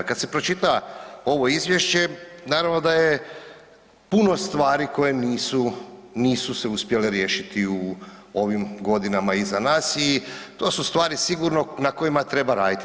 Kad se pročita ovo izvješće naravno da je puno stvari koje nisu, nisu se uspjele riješiti u ovim godinama iza nas i to su stvari sigurno na kojima treba raditi.